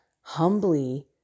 humbly